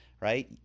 right